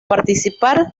participar